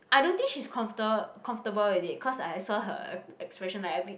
I don't think she's comforta~ comfortable already cause I saw her uh expression like a bit